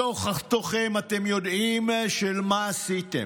בתוך-תוככם אתם יודעים מה עשיתם.